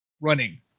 running